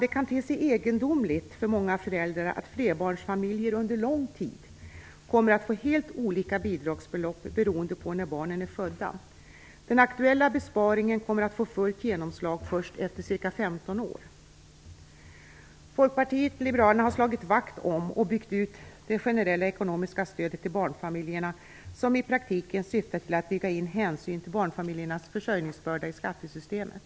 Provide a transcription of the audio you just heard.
Det kan te sig egendomligt för många föräldrar att flerbarnsfamiljer under lång tid kommer att få helt olika bidragsbelopp beroende på när barnen är födda. Den aktuella besparingen kommer att få fullt genomslag först efter ca 15 år. Folkpartiet liberalerna har slagit vakt om och byggt ut det generella ekonomiska stödet till barnfamiljerna som i praktiken syftar till att bygga in hänsyn till barnfamiljernas försörjningsbörda i skattesystemet.